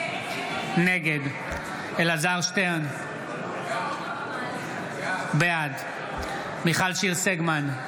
נגד אלעזר שטרן, בעד מיכל שיר סגמן,